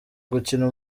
gukina